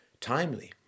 timely